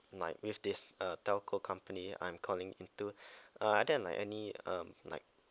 like with this uh telco company I'm calling into uh are there like any um like